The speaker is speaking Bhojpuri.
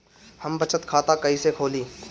हम बचत खाता कईसे खोली?